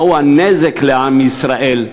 מהו הנזק לעם ישראל,